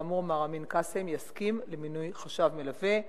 מר אמין קאסם יסכים למינוי חשב מלווה.